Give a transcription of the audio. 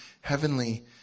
Heavenly